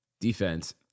defense